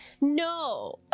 No